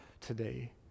today